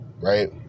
right